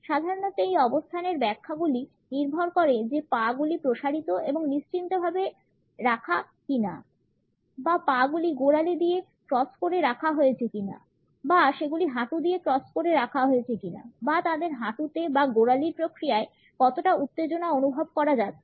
সাধারণত এই অবস্থানের ব্যাখ্যাগুলি নির্ভর করে যে পা গুলি প্রসারিত এবং নিশ্চিন্ত ভাবে রাখা কিনা বা পা গুলি গোড়ালি দিয়ে ক্রস করে রাখা হয়েছে কিনা বা সেগুলি হাঁটু দিয়ে ক্রস করে রাখা হয়েছে কিনা বা তাদের হাঁটুতে বা গোড়ালির প্রক্রিয়ায় কতটা উত্তেজনা অনুভব করা যাচ্ছে